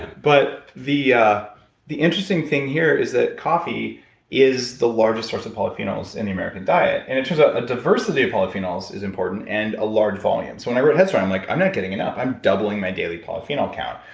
but the yeah the interesting thing here is that coffee is the largest source of polyphenols in the american diet. and it turns out ah a diversity of polyphenols is important and a large volume. so when i wrote headstrong, i'm like i'm not getting enough. i'm doubling my daily polyphenol count.